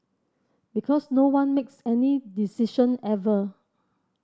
because no one makes any decision ever